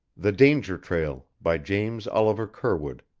the danger trail by james oliver curwood